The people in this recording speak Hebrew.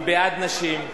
היא בעד נשים,